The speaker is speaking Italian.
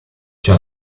ciò